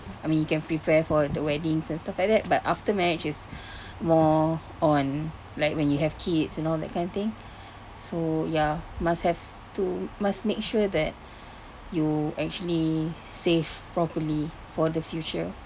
I mean you can prepare for the weddings and stuff like that but after marriage is more on like when you have kids and all that kind of thing so ya must have two must make sure that you actually save properly for the future